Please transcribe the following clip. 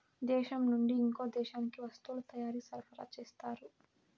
దేశం నుండి ఇంకో దేశానికి వస్తువుల తయారీ సరఫరా చేస్తారు